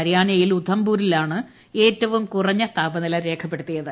ഹരിയാനയിൽ അധംപൂരിലാണ് ഏറ്റവും കുറഞ്ഞ താപനില രേഖപ്പെടുത്തിയത്